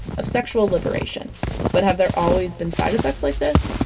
of sexual liberation but have there always been side effects like this?